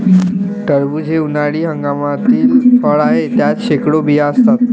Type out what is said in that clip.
टरबूज हे उन्हाळी हंगामातील फळ आहे, त्यात शेकडो बिया असतात